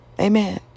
Amen